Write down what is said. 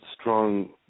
strong